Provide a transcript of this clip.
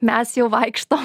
mes jau vaikštom